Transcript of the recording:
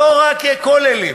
לא רק כוללים,